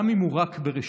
גם אם הוא רק בראשיתו.